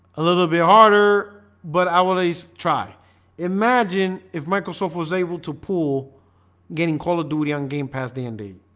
a little bit harder, but i always try imagine if microsoft was able to pull getting called during game past d and d